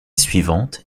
suivante